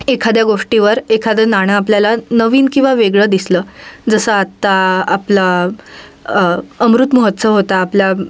एखाद्या गोष्टीवर एखादं नाणं आपल्याला नवीन किंवा वेगळं दिसलं जसं आत्ता आपला अमृत महोत्सव होता आपल्या